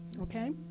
okay